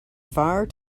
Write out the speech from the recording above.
far